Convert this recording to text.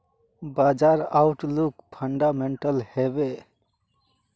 बाजार outlook fundamental हैवै?